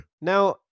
Now